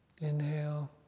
inhale